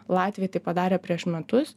latviai tai padarė prieš metus